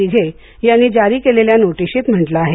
दिघे यांनी जारी केलेल्या नोटिशीत म्हंटल आहे